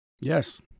Yes